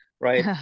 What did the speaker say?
Right